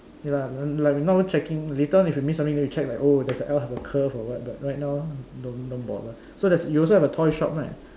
K lah like we're not even checking later on if we miss something then we check if oh does your L have a curve or what but right now don't don't bother so you also have a toy shop right